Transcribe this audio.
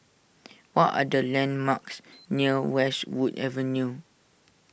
what are the landmarks near Westwood Avenue